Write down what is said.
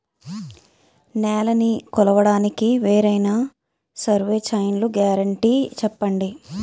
నేలనీ కొలవడానికి వేరైన సర్వే చైన్లు గ్యారంటీ చెప్పండి?